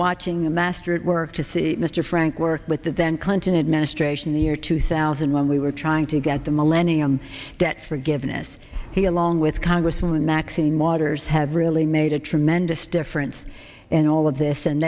watching the master work to see mr frank work with the then clinton administration the year two thousand when we were trying to get the millennium debt forgiveness he along with congresswoman maxine waters have really made a tremendous difference in all of this and